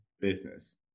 business